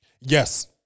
Yes